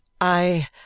I